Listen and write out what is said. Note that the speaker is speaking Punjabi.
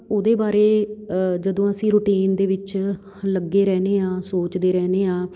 ਉਹਦੇ ਬਾਰੇ ਜਦੋਂ ਅਸੀਂ ਰੂਟੀਨ ਦੇ ਵਿੱਚ ਲੱਗੇ ਰਹਿੰਦੇ ਹਾਂ ਸੋਚਦੇ ਰਹਿੰਦੇ ਹਾਂ